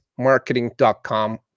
marketing.com